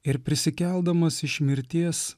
ir prisikeldamas iš mirties